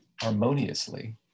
harmoniously